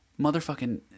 motherfucking